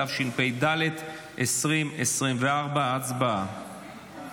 התשפ"ד 2024. הצבעה.